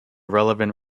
relevant